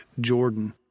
Jordan